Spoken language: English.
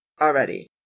already